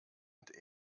und